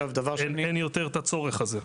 עכשיו, דבר שני --- אין יותר את הצורך הזה.